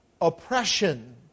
oppression